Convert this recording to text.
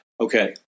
Okay